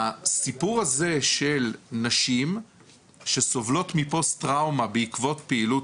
הסיפור הזה של נשים שסובלות מפוסט טראומה בעקבות פעילות